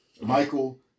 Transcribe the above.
Michael